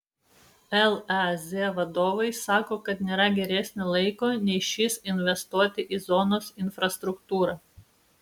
lez vadovai sako kad nėra geresnio laiko nei šis investuoti į zonos infrastruktūrą